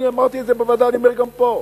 אמרתי את זה בוועדה ואני אומר גם פה: